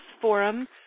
forum